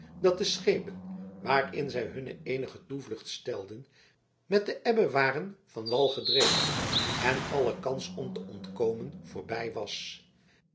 dat de schepen waarin zij hunne eenige toevlucht stelden met de ebbe waren van wal gedreven en alle kans om te ontkomen voorbij was